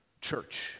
church